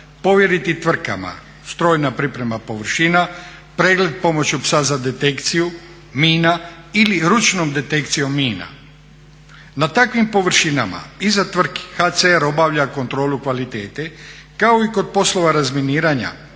povjeriti tvrtkama, strojna priprema površina, pregled pomoću psa za detekciju mina ili ručnom detekcijom mina. Na takvim površinama iza tvrtki HCR obavlja kontrolu kvalitete kao i kod poslova razminiranja.